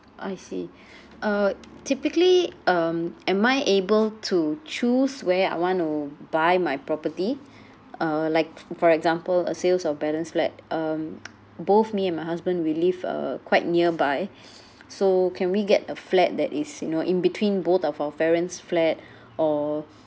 I see uh typically um am I able to choose where I want to buy my property uh like for example a sales of balance flat um both me and my husband we live uh uh quite nearby so can we get a flat that is you know in between both of our parents' flat or